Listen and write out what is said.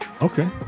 okay